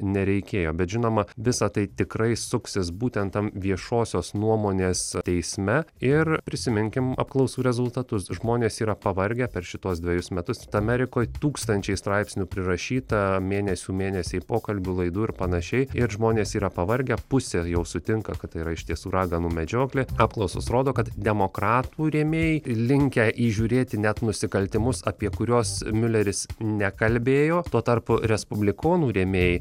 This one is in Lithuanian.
nereikėjo bet žinoma visa tai tikrai suksis būtent tam viešosios nuomonės teisme ir prisiminkim apklausų rezultatus žmonės yra pavargę per šituos dvejus metus amerikoj tūkstančiai straipsnių prirašyta mėnesių mėnesiai pokalbių laidų ir panašiai ir žmonės yra pavargę pusė jau sutinka kad tai yra iš tiesų raganų medžioklė apklausos rodo kad demokratų rėmėjai linkę įžiūrėti net nusikaltimus apie kuriuos miuleris nekalbėjo tuo tarpu respublikonų rėmėjai